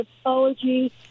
apology